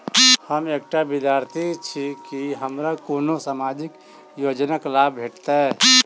हम एकटा विद्यार्थी छी, की हमरा कोनो सामाजिक योजनाक लाभ भेटतय?